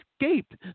escaped